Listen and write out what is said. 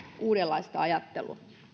uudenlaista ajattelua